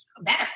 better